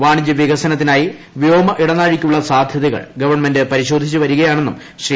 വാണിജ്യ വികസനത്തിനായ്ട്രി വ്യോമ ഇടനാഴിക്കുള്ള സാധ്യതകൾ ഗവൺമെന്റ് പരിശ്രോധിച്ചു വരികയാണെന്നും ശ്രീ